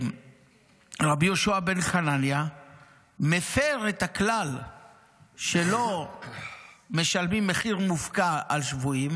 ורבי יהושע בן חנניה מפר את הכלל שלא משלמים מחיר מופקע על שבויים,